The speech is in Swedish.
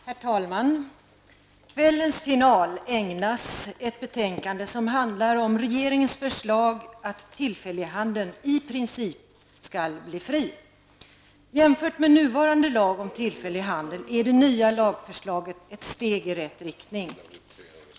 Herr talman! Kvällens final ägnas ett betänkande som handlar om regeringens förslag att tillfällighandeln i princip skall bli fri. Jämfört med nuvarande lag om tillfällig handel är det nya lagförslaget ett steg i rätt riktning.